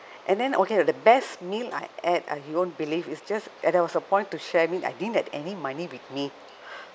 and then okay the best meal I ate uh you won't believe is just and there was a point to share I didn't have any money with me